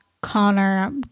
Connor